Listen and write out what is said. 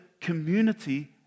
community